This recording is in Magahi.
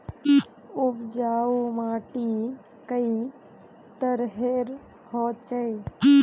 उपजाऊ माटी कई तरहेर होचए?